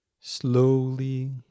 slowly